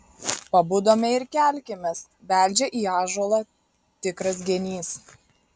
pabudome ir kelkimės beldžia į ąžuolą tikras genys